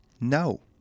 No